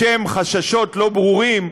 בשם חששות לא ברורים,